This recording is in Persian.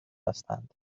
هستند